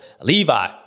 Levi